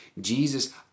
Jesus